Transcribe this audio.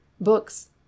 Books